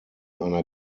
einer